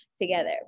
together